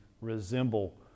resemble